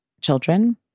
children